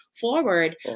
forward